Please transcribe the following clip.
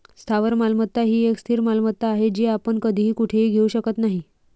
स्थावर मालमत्ता ही एक स्थिर मालमत्ता आहे, जी आपण कधीही कुठेही घेऊ शकत नाही